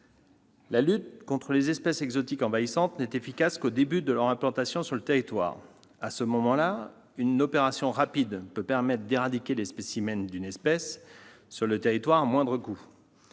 La lutte contre les espèces exotiques envahissantes n'est efficace qu'au début de leur implantation sur le territoire. À ce moment-là, une opération rapide peut permettre d'éradiquer les spécimens d'une espèce sur le territoire à moindre coût.